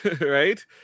right